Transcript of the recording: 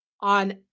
on